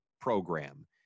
program